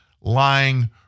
lying